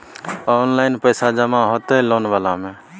Online पैसा जमा हते लोन वाला में?